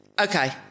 Okay